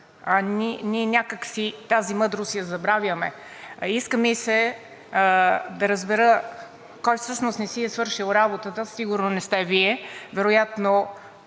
ние някак си тази мъдрост я забравяме?! Иска ми се да разбера кой всъщност не си е свършил работата – сигурно не сте Вие, а вероятно